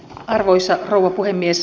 arvoisa rouva puhemies